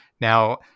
Now